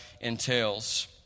entails